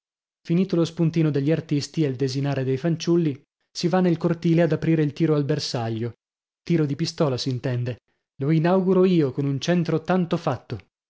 finito lo spuntino degli artisti e il desinare dei fanciulli si va nel cortile ad aprire il tiro al bersaglio tiro di pistola s'intende lo inauguro io con un centro tanto fatto